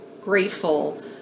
grateful